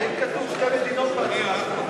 האם כתוב שתי מדינות בהצעה?